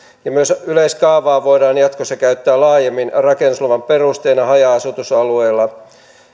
myös yleiskaavaa voidaan jatkossa käyttää laajemmin rakennusluvan perusteena haja asutusalueella